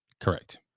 Correct